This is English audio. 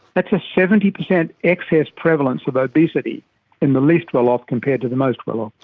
that's a seventy percent excess prevalence of obesity in the least well-off compared to the most well-off.